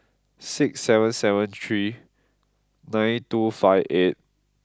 six seven seven three nine two five eight